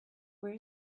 where